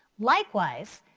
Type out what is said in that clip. likewise,